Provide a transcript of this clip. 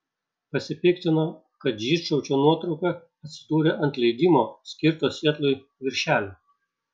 pasipiktino kad žydšaudžio nuotrauka atsidūrė ant leidimo skirto sietlui viršelio